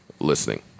Listening